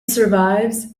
survives